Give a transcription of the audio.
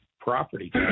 property